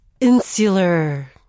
insular